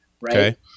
right